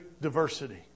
diversity